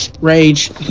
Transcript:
Rage